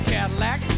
Cadillac